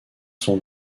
sont